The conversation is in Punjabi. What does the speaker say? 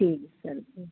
ਠੀਕ ਹੈ ਸਰ ਜੀ